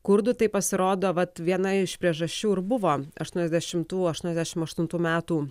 kurdų tai pasirodo vat viena iš priežasčių ir buvo aštuoniasdešimtų aštuoniasdešimt aštuntų metų